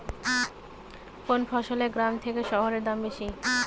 কোন ফসলের গ্রামের থেকে শহরে দাম বেশি?